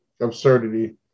absurdity